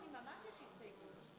הסתייגויות דיבור.